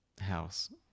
house